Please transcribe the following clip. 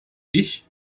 ich